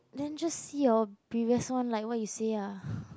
then just see your previous one like what you say lah